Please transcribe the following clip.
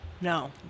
no